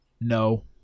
No